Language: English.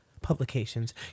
publications